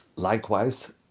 Likewise